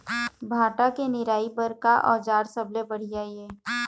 भांटा के निराई बर का औजार सबले बढ़िया ये?